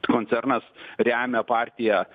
koncernas remia partiją